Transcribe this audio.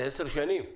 זה עשר שנים.